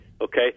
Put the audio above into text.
Okay